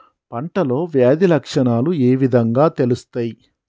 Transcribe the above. పంటలో వ్యాధి లక్షణాలు ఏ విధంగా తెలుస్తయి?